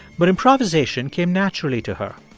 but improvisation came naturally to her.